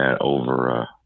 over